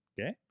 Okay